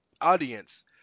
audience